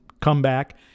comeback